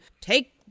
take